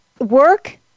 work